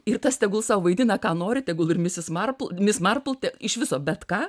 ir tas tegul sau vaidina ką nori tegul ir misis marpl mis marpl te iš viso bet ką